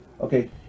Okay